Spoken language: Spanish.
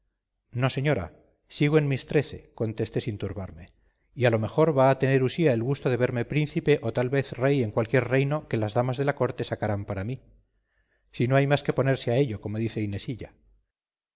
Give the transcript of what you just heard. no señora sigo en mis trece contesté sin turbarme y a lo mejor va a tener usía el gusto de verme príncipe o tal vez de rey en cualquier reino que las damas de la corte sacarán para mí si no hay más que ponerse a ello como dice inesilla